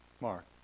Mark